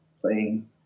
playing